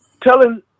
telling